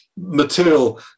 material